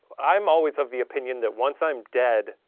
i'm always of the opinion that once i'm dead,